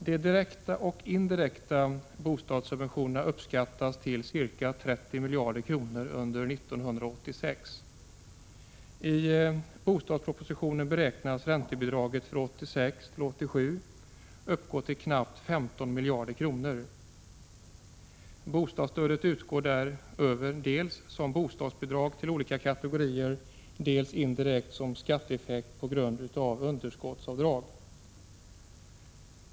De direkta och indirekta bostadssubventionerna uppskattas under 1986 till ca 30 miljarder kronor. I budgetpropositionen beräknades räntebidragen för 1986/87 uppgå till knappt 15 miljarder kronor. Bostadsstödet utgår därutöver dels som bostadsbidrag till olika kategorier, dels indirekt som skatteeffekt på grund av underskottsavdrag.